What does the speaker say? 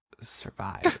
Survive